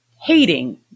hating